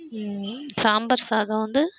சாம்பார் சாதம் வந்து